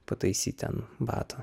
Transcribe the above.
pataisyt ten batų